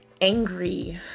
angry